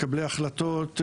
מקבלי החלטות,